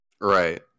right